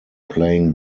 playing